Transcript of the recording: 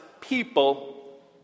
people